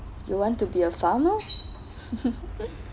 you want to be a farmer